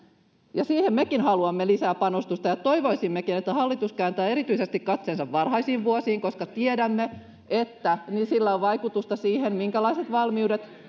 ja siihen mekin haluamme lisää panostusta toivoisimmekin että hallitus kääntää erityisesti katseensa varhaisiin vuosiin koska tiedämme että sillä on vaikutusta siihen minkälaiset valmiudet